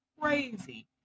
crazy